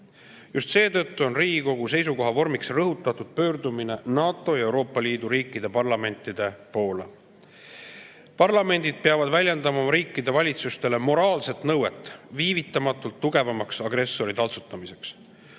Just seetõttu on Riigikogu seisukoha vormiks rõhutatud pöördumine NATO ja Euroopa Liidu riikide parlamentide poole. Parlamendid peavad väljendama oma riikide valitsustele moraalset nõuet viivitamatult tugevamaks agressori taltsutamiseks.